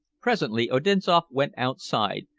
presently odinzoff went outside,